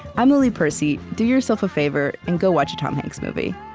i'm lily percy. do yourself a favor and go watch a tom hanks movie